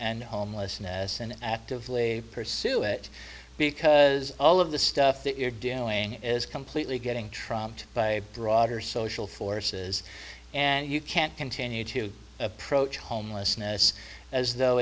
and homelessness and actively pursue it because all of the stuff that you're doing is completely getting trumped by broader social forces and you can't continue to approach homelessness as though